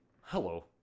Hello